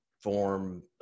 form